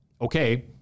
Okay